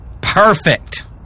perfect